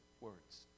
words